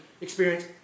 experience